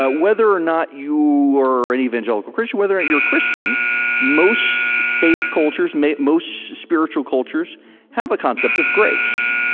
ah whether or not you are an evangelical christian whether or not you are christian most faith cultures, most spiritual cultures have a concept of grace.